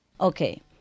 Okay